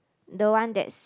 the one that's